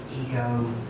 ego